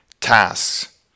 tasks